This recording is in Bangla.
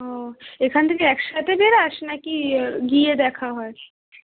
ও এখান থেকে একসাথে বেরাস নাকি গিয়ে দেখা হয়